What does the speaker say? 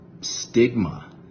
stigma